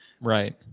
Right